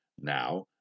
now